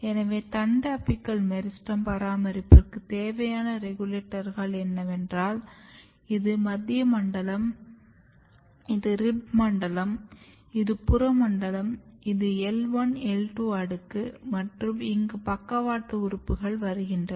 எனவே தண்டு apical meristem பராமரிப்புக்கு தேவையான ரெகுலேட்டர்கள் என்னவென்றால் இது மத்திய மண்டலம் இது ரிப் மண்டலம் இது புற மண்டலம் இது L1 L2 அடுக்கு மற்றும் இங்கு பக்கவாட்டு உறுப்புகள் வருகின்றன